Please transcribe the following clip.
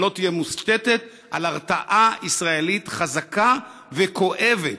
שלא תהיה מושתתת על הרתעה ישראלית חזקה וכואבת,